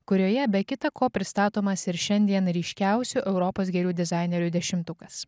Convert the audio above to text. kurioje be kita ko pristatomas ir šiandien ryškiausių europos gėlių dizainerių dešimtukas